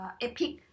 EPIC